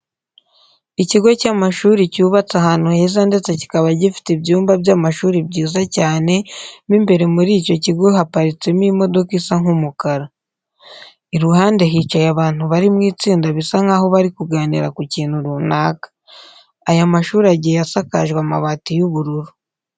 Ikigo cy'amashuri cyubatse ahantu heza ndetse kikaba gifite ibyumba by'amashuri byiza cyane, mo imbere muri icyo kigo haparitsemo imodoka isa nk'umukara. iruhande hicaye abantu bari mu itsinda bisa nkaho bari kuganira ku kintu runaka. Aya mashuri agiye asakajwe amabati y'ubururu.